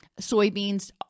soybeans